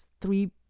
three